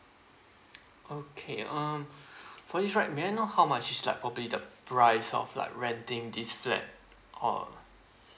okay um for this right may I know how much is like probably the price of like renting this flat uh